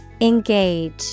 Engage